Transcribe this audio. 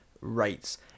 rates